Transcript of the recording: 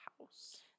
house